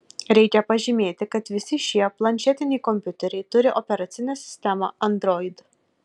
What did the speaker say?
reikia pažymėti kad visi šie planšetiniai kompiuteriai turi operacinę sistemą android